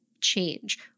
change